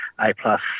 A-plus